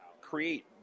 create